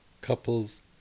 couples